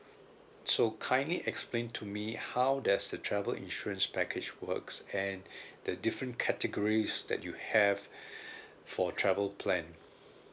so kindly explain to me how does the travel insurance package works and the different categories that you have for travel plan